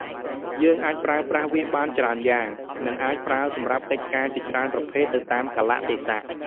យើងអាចប្រើប្រាស់វាបានច្រើនយ៉ាង និងអាចប្រើសម្រាប់កិច្ចការជាច្រើនប្រភេទទៅតាមកាលៈទេសៈ។